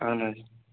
اَہَن حظ